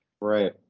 Right